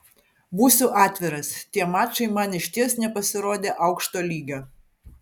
būsiu atviras tie mačai man išties nepasirodė aukšto lygio